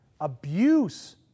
abuse